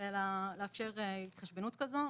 אלא לאפשר התחשבנות כזו.